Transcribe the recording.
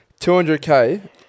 200K